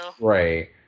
Right